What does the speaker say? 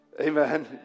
amen